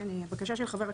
היא בקשה של חבר הכנסת.